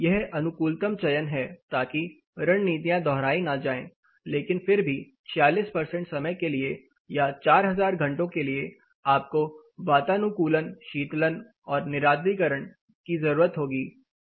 यह अनुकूलतम चयन है ताकि रणनीतियां दोहराई ना जाए लेकिन फिर भी 46 समय के लिए या 4000 घंटों के लिए आपको वातानुकूलन शीतलन और निरार्द्रीकरण की जरूरत होगी